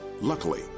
Luckily